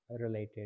related